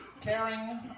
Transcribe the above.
Caring